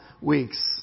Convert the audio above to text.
weeks